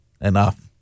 enough